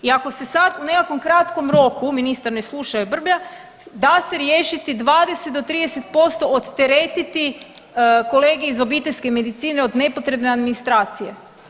I ako se sad u nekakvom kratkom roku ministar ne sluša jer brblja, da se riješiti 20 do 30% odteretiti kolege iz obiteljske medicine od nepotrebne administracije.